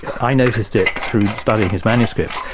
i noticed it through studying his manuscript,